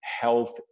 health